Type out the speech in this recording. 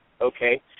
okay